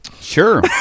Sure